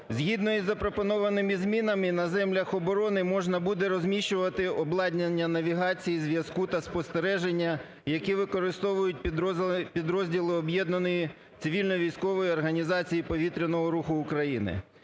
Згідно із запропонованими змінами на землях оборони можна буде розміщувати обладнання навігації, зв’язку та спостереження, які використовують підрозділи об'єднаної цивільно-військової організації повітряного руху України.